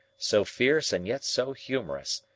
so fierce and yet so humorous,